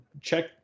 check